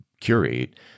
curate